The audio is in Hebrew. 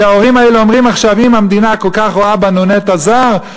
כי ההורים האלה אומרים עכשיו: אם המדינה כל כך רואה בנו נטע זר,